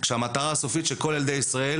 כשהמטרה הסופית שלכל ילדי ישראל,